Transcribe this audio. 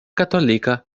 katolika